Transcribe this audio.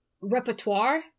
repertoire